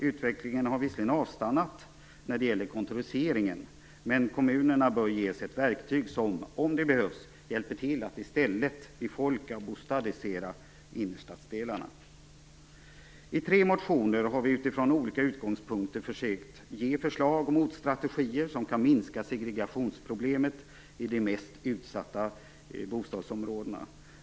Utvecklingen har visserligen avstannat när det gäller kontoriseringen, men kommunerna bör ges ett verktyg som - om det behövs - hjälper till med att i stället befolka och "bostadisera" innerstadsdelarna. 3. I tre motioner har vi från olika utgångspunkter försökt ge förslag och komma med motstrategier som kan minska segregationsproblemet i de mest utsatta bostadsområdena.